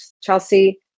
chelsea